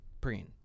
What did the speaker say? preen